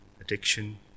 addiction